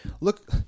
look